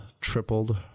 tripled